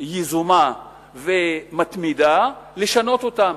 יזומה ומתמידה, אפשר לשנות אותם.